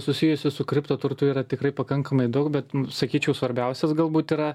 susijusių su kripto turtu yra tikrai pakankamai daug bet sakyčiau svarbiausias galbūt yra